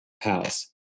house